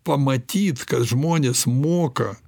pamatyt kad žmonės moka